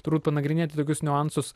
turbūt panagrinėti tokius niuansus